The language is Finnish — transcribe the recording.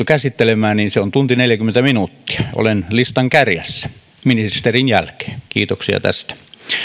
käsittelemään on yksi tunti neljäkymmentä minuuttia olen listan kärjessä ministerin jälkeen kiitoksia tästä